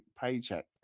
paycheck